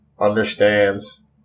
Understands